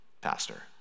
pastor